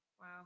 Wow